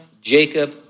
Jacob